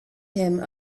him